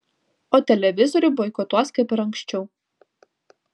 o televizorių boikotuos kaip ir anksčiau